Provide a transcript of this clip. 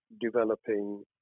developing